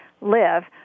live